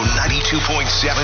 92.7